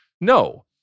No